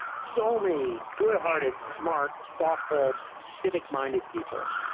so many good hearted, smart, thoughtful, civic minded people.